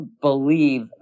believe